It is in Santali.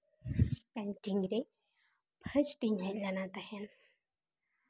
ᱯᱮᱱᱴᱤᱝ ᱨᱮ ᱯᱷᱟᱥᱴ ᱤᱧ ᱦᱮᱡ ᱞᱮᱱᱟ ᱛᱟᱦᱮᱱ